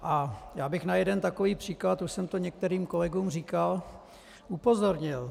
A já bych na jeden takový příklad, už jsem to některým kolegům říkal, upozornil.